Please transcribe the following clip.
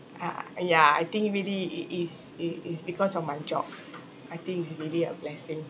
ah ya I think really it is it is because of my job I think it's really a blessing